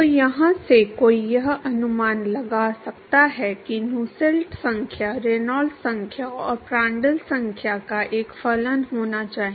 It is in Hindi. तो यहाँ से कोई यह अनुमान लगा सकता है कि नुसेल्ट संख्या रेनॉल्ड्स संख्या और प्रांड्ल संख्या का एक फलन होना चाहिए